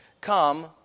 come